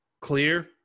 clear